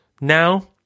Now